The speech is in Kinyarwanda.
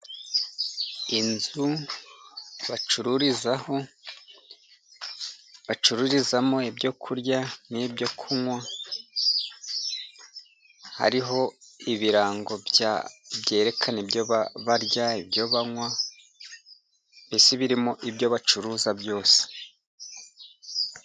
Inzu bacururizaho, bacururizamo ibyo kurya n'ibyo kunywa, hariho ibirango byerekana ibyo barya, ibyo banywa, mbese birimo ibyo bacuruza byose.